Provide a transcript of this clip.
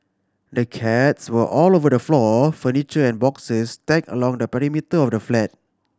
the cats were all over the floor furniture and boxes stacked along the perimeter of the flat